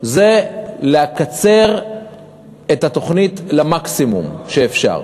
זה לקצר את התכנון באופן המקסימלי האפשרי.